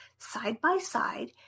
side-by-side